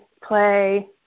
play